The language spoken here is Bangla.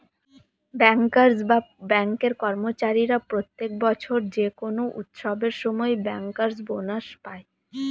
ব্যাংকার্স বা ব্যাঙ্কের কর্মচারীরা প্রত্যেক বছর যে কোনো উৎসবের সময় ব্যাংকার্স বোনাস পায়